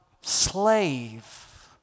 slave